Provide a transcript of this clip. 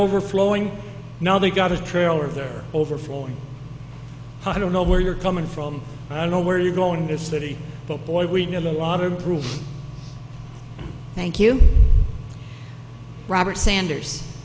overflowing now they got a trailer there overflowing i don't know where you're coming from i don't know where you're going to study but boy we need a lot of proof thank you robert sanders